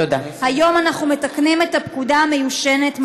היום אנחנו מתקנים את הפקודה המיושנת,